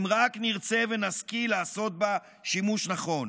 אם רק נרצה ונשכיל לעשות בה שימוש נכון.